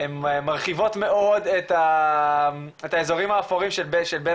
הם מרחיבות מאוד את האזורים האפורים שבין